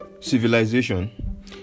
Civilization